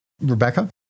rebecca